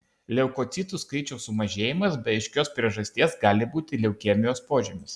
leukocitų skaičiaus sumažėjimas be aiškios priežasties gali būti leukemijos požymis